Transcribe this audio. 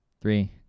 three